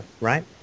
right